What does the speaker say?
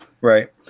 Right